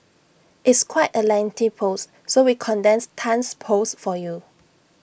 it's quite A lengthy post so we condensed Tan's post for you